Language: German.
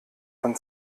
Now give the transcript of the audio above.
von